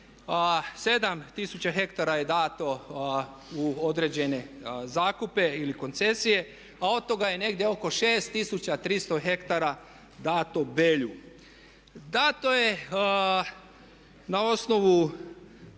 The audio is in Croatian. tisuća hektara je dato u određene zakupe ili koncesije a od toga je negdje oko 6300 ha dato Belju. Dato je na osnovu